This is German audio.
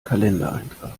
kalendereintrag